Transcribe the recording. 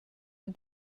cun